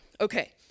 Okay